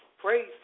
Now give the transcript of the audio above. praise